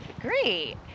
Great